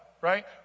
right